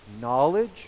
knowledge